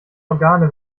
organe